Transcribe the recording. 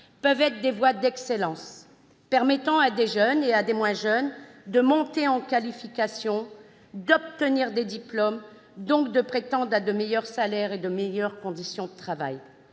peuvent être des voies d'excellence permettant à des jeunes et à des moins jeunes de monter en qualification, d'obtenir des diplômes, et donc de prétendre à de meilleurs salaires et à de meilleures conditions de travail.